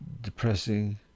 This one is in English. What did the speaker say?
depressing